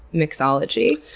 mixology?